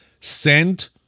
sent